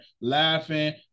laughing